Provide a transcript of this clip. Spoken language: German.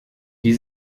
die